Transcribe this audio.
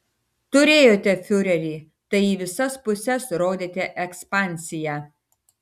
turėjote fiurerį tai į visas puses rodėte ekspansiją